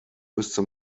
müsste